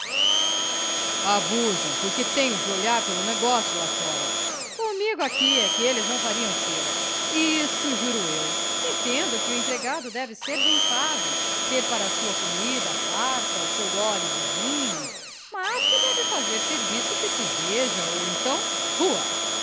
abusam porque tenho de olhar pelo negócio lá fora comigo aqui é que eles não fariam cera isso juro eu entendo que o empregado deve ser bem pago ter para a sua comida à farta o seu gole de vinho mas que deve fazer serviço que se veja ou então rua